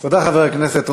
תודה, חבר הכנסת רוזנטל.